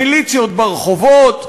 מיליציות ברחובות,